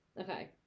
Okay